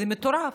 זה מטורף.